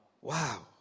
Wow